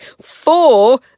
Four